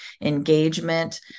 engagement